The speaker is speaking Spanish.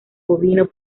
bovino